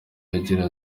agira